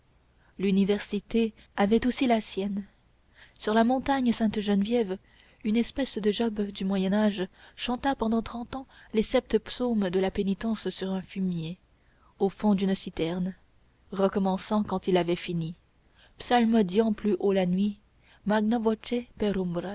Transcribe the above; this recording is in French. l'université avait aussi la sienne sur la montagne sainte-geneviève une espèce de job du moyen âge chanta pendant trente ans les sept psaumes de la pénitence sur un fumier au fond d'une citerne recommençant quand il avait fini psalmodiant plus haut la nuit